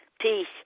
Peace